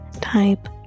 type